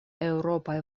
eŭropaj